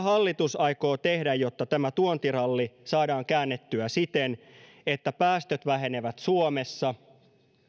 hallitus aikoo tehdä jotta tämä tuontiralli saadaan käännettyä siten että päästöt vähenevät suomessa